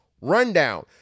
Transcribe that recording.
rundown